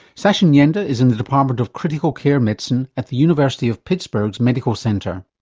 sachin yende is in the department of critical care medicine at the university of pittsburgh's medical center.